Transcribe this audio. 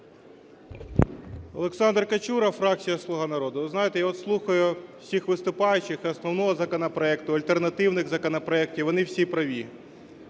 Олександр Качура, фракція "Слуга народу". Ви знаєте, я от слухаю всіх виступаючих основного законопроекту, альтернативних законопроектів, вони всі праві,